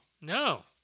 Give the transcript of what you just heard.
No